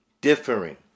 differing